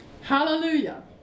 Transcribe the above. Hallelujah